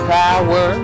power